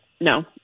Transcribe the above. no